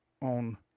on